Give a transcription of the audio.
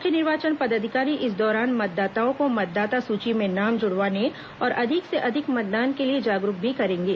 मुख्य निर्वाचन पदाधिकारी इस दौरान मतदाताओं को मतदाता सूची में नाम जुड़वाने और अधिक से अधिक मतदान के लिए जागरूक भी करेंगे